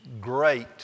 great